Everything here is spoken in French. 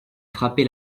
frappé